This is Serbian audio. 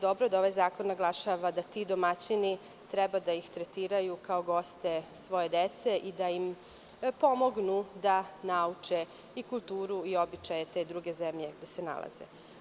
Dobro je da ovaj zakon naglašava da ti domaćini treba da ih tretiraju kao goste svoje dece i da im pomognu da nauče i kulture i običaje te druge zemlje gde se nalaze.